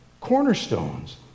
cornerstones